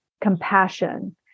compassion